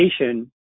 education